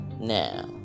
Now